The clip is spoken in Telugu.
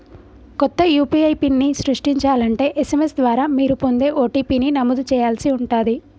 కొత్త యూ.పీ.ఐ పిన్ని సృష్టించాలంటే ఎస్.ఎం.ఎస్ ద్వారా మీరు పొందే ఓ.టీ.పీ ని నమోదు చేయాల్సి ఉంటాది